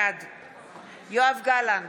בעד יואב גלנט,